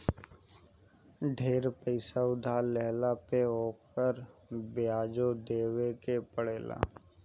ढेर पईसा उधार लेहला पे ओकर बियाजो देवे के पड़ेला